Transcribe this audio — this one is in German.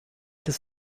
des